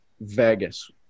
Vegas